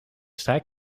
strijk